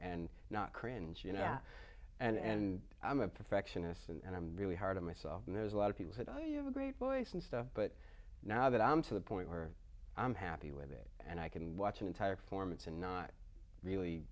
and not cringe you know and i'm a perfectionist and i'm really hard on myself and there's a lot of people said oh you have a great voice and stuff but now that i'm to the point where i'm happy with it and i can watch an entire formats and not really